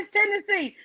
Tennessee